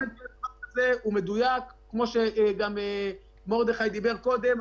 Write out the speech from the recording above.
זה מדויק, כפי שגם מרדכי כהן אמר קודם.